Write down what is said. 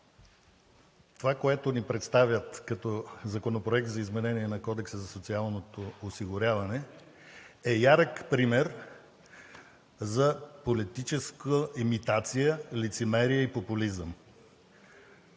Това, което ни представят като Законопроект за изменение на Кодекса за социално осигуряване, е ярък пример за политическа имитация, лицемерие и популизъм.